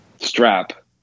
Strap